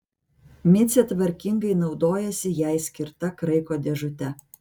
micė tvarkingai naudojasi jai skirta kraiko dėžute